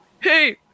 hey